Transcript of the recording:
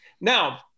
Now